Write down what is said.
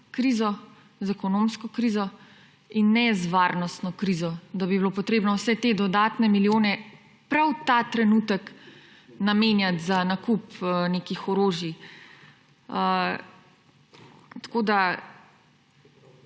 krizo, z ekonomsko krizo in ne z varnostno krizo, da bi bilo treba vse te dodatne milijone prav ta trenutek namenjati za nakup nekih orožij. Vaše